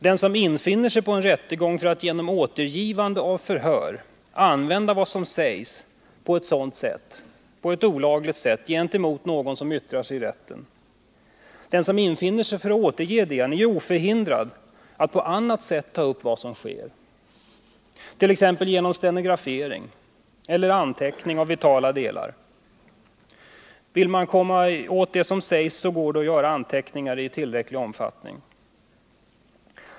Den som infinner sig till en rättegång för att genom återgivande av förhör använda vad som sägs på ett olagligt sätt gentemot någon som yttrar sig i rätten är ju oförhindrad att på annat sätt ta upp vad som sker, t.ex. genom stenografering eller anteckningar av vitala delar. Vill man komma åt vad som sägs går det att göra anteckningar i tillräcklig omfattning.